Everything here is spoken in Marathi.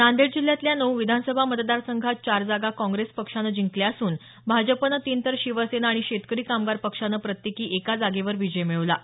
नांदेड जिल्ह्यातल्या नऊ विधानसभा मतदारसंघात चार जागा काँग्रेस पक्षानं जिंकल्या असून भाजपनं तीन तर शिवसेना आणि शेतकरी कामगार पक्षानं प्रत्येकी एका जागेवर विजय मिळवला आहे